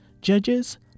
judges